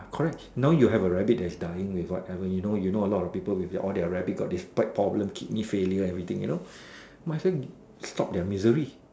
correct now you have a rabbit that is dying with whatever you know you know a lot people with all their rabbit spine problem kidney failure everything you know might as well stop their misery